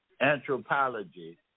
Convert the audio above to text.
anthropology